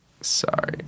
Sorry